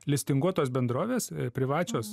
listinguotos bendrovės privačios